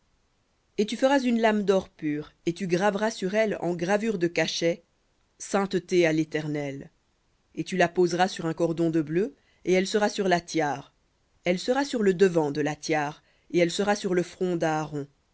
et tu feras une lame d'or pur et tu graveras sur elle en gravure de cachet sainteté à léternel et tu la poseras sur un cordon de bleu et elle sera sur la tiare elle sera sur le devant de la tiare et elle sera sur le front d'aaron